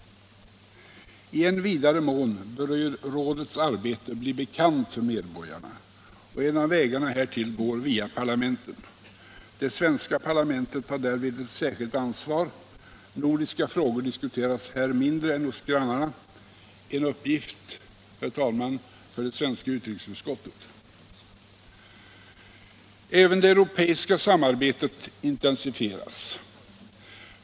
I än vidare mån bör rådets arbete bli bekant för medborgarna, och en av vägarna härtill går via parlamenten. Det svenska parlamentet har därvid ett särskilt ansvar: nordiska frågor diskuteras här mindre än hos grannarna. Kan det, herr talman, vara en uppgift för det svenska utrikesutskottet? Även det nordiska samarbetet intensifieras.